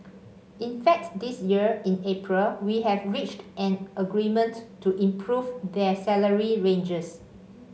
in fact this year in April we have reached an agreement to improve their salary ranges